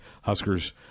Huskers